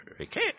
Okay